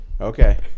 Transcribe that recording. Okay